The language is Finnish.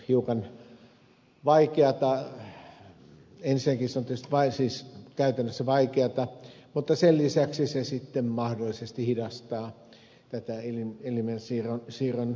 ensinnäkin se tietysti on käytännössä vaikeata mutta sen lisäksi se sitten mahdollisesti hidastaa tätä elimen siirron toteuttamista